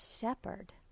shepherd